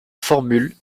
formule